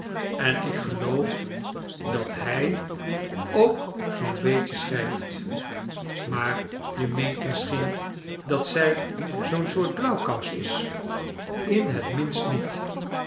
en ik geloof dat hij ook zoo'n beetje schrijft maar je meent misschien dat zij zoo'n soort blauwkous is in het minst niet